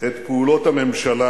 את פעולות הממשלה